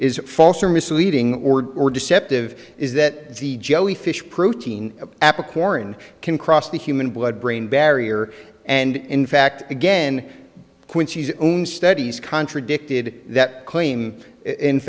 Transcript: is false or misleading or deceptive is that the joey fish protein of apple corn can cross the human blood brain barrier and in fact again quincy's own studies contradicted that claim in